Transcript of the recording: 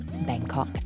Bangkok